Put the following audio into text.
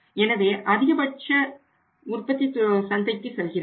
எனவே அதிகபட்ச உற்பத்தி சந்தைக்கு செல்கிறது